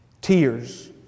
Tears